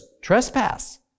trespass